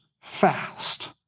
fast